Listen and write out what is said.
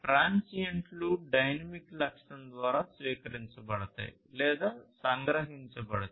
ట్రాన్సియెంట్లు dynamic లక్షణం ద్వారా స్వీకరించబడతాయి లేదా సంగ్రహించబడతాయి